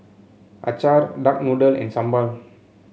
Acar Duck Noodle and Sambal